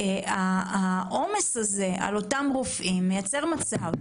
העומס על הרופאים מייצר מצב,